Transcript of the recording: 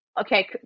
okay